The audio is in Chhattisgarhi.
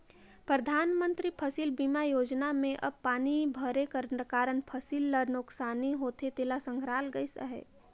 परधानमंतरी फसिल बीमा योजना में अब पानी भरे कर कारन फसिल ल नोसकानी होथे तेला संघराल गइस अहे